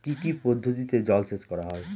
কি কি পদ্ধতিতে জলসেচ করা হয়?